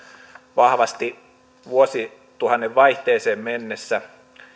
vahvasti vuosituhannen vaihteeseen mennessä